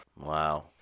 Wow